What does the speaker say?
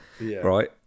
right